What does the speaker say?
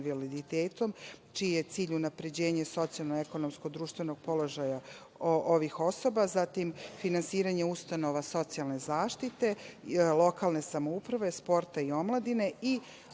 invaliditetom, čiji je cilj unapređenje socijalnog, ekonomskog i društvenog položaja ovih osoba, zatim finansiranje ustanova socijalne zaštite, lokalne samouprave, sporta i omladine i